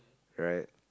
right